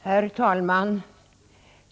Herr talman!